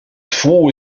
fou